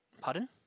Pardon